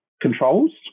controls